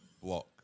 block